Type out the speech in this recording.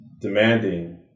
demanding